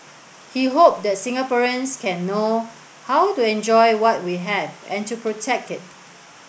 he hoped that Singaporeans can know how to enjoy what we have and to protect it